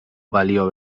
balio